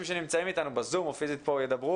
שנמצאים אתנו ב-זום או פיזית - מדברים.